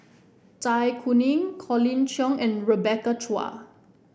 Zai Kuning Colin Cheong and Rebecca Chua